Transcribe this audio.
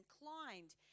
inclined